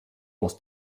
was